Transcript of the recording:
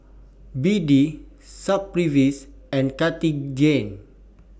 B D and Cartigain